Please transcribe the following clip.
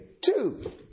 Two